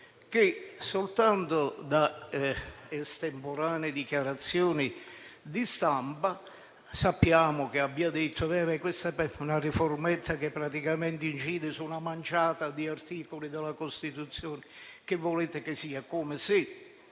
che, soltanto da estemporanee dichiarazioni di stampa, sappiamo aver detto che questa è una riformetta che praticamente incide su una manciata di articoli della Costituzione. In sostanza, che volete che sia! Come se